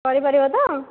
କରିପାରିବ ତ